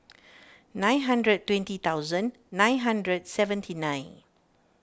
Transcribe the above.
nine hundred twenty thousand nine hundred seventy nine